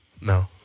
No